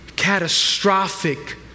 catastrophic